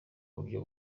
buryo